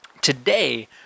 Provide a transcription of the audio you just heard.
Today